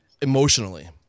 emotionally